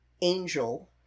Angel